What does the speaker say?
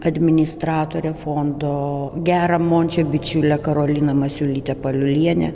administratorę fondo gerą mončio bičiulę karoliną masiulytę paliulienę